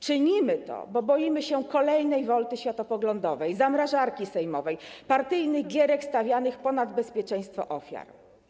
Czynimy to, bo boimy się kolejnej wolty światopoglądowej, zamrażarki sejmowej, partyjnych gierek stawianych ponad bezpieczeństwem ofiar.